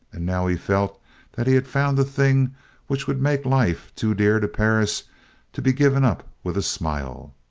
and now he felt that he had found the thing which would make life too dear to perris to be given up with a smile.